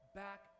back